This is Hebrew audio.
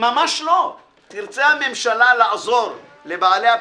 תרצה הממשלה לעזור לבעלי הפיצוציות,